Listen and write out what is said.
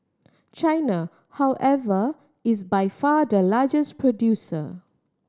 China however is by far the largest producer